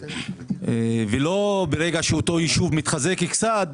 ולא ברגע שאותו יישוב מתחזק קצת,